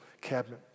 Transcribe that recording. cabinet